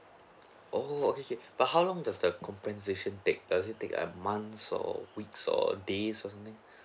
oo okay K but how long does the compensation take does it take a months or weeks or days or something